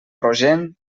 rogent